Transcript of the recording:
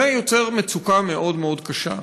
זה יוצר מצוקה מאוד קשה: